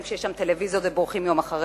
כי יש שם טלוויזיות ובורחים יום אחרי.